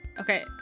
Okay